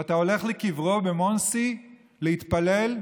ואתה הולך לקברו במונסי להתפלל?